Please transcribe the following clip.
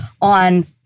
on